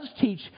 teach